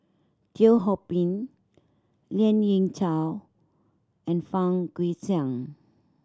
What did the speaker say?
Teo Ho Pin Lien Ying Chow and Fang Guixiang